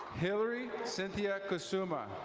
hilary cynthia casuma.